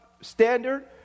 standard